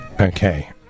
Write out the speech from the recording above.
Okay